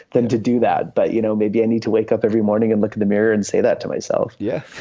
than to do that. but, you know, maybe i need to wake up every morning and look in the mirror and say that to myself yeah,